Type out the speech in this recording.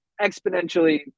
exponentially